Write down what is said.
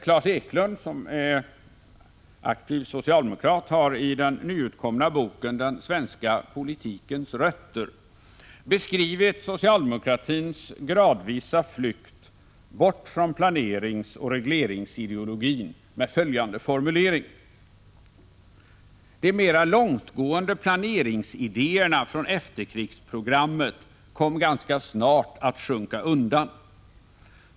Klas Eklund, som är aktiv socialdemokrat, har i den nyutkomna boken Den svenska politikens rötter beskrivit socialdemokratins gradvisa flykt bort från planeringsoch regleringsideologin med följande formulering: ”De mera långtgående planeringsidéerna från efterkrigsprogrammet kom ganska snart att sjunka undan.